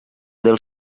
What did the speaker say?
del